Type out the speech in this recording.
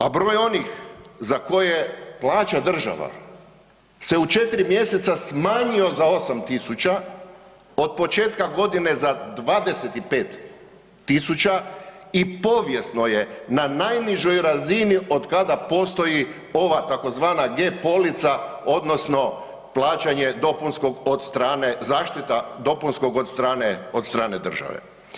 A broj onih za koje plaća država se u 4 mj. smanjio za 8000, od početka godine za 25 000 i povijesno je na najnižoj razini otkada postoji ova tzv. G polica odnosno plaćanje dopunskog od strane zaštita dopunskog od strane države.